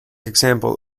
example